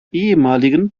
ehemaligen